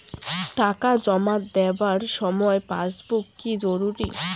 টাকা জমা দেবার সময় পাসবুক কি জরুরি?